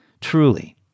Truly